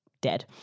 dead